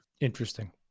Interesting